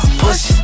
push